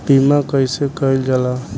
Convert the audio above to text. बीमा कइसे कइल जाला?